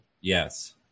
Yes